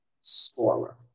scorer